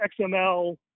xml